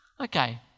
Okay